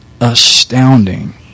astounding